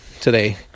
today